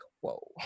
whoa